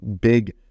big